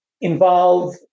involve